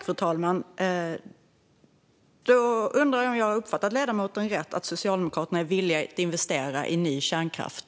Fru talman! Då undrar jag om jag har uppfattat ledamoten rätt att Socialdemokraterna är villiga att investera i ny kärnkraft.